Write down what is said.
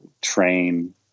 train